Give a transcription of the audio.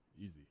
easy